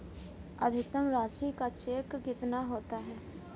अधिकतम राशि का चेक कितना होता है?